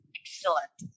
excellent